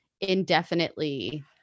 indefinitely